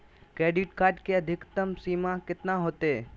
Credit card के अधिकतम सीमा कितना होते?